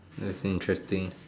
that's interesting